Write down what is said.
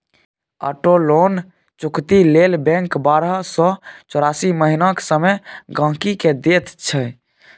auto loan चुकती लेल bank बारह सँ चौरासी महीनाक समय गांहिकी केँ दैत छै